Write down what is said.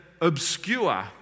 obscure